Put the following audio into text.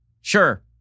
sure